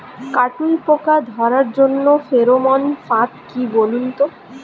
কাটুই পোকা ধরার জন্য ফেরোমন ফাদ কি বলুন তো?